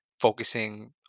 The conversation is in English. focusing